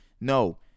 No